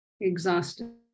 exhausted